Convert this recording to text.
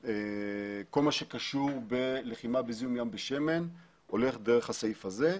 כל מה שקשור בלוחמה בזיהום יש בשמן הולך דרך הסעיף הזה.